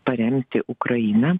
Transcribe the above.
paremti ukrainą